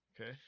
okay